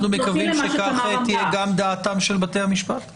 אנחנו מקווים שכך תהיה גם דעתם של בתי המשפט אבל